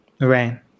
right